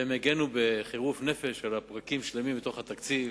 והם הגנו בחירוף נפש על פרקים שלמים בתוך התקציב,